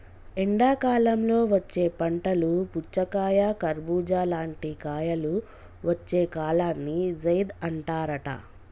ఎండాకాలంలో వచ్చే పంటలు పుచ్చకాయ కర్బుజా లాంటి కాయలు వచ్చే కాలాన్ని జైద్ అంటారట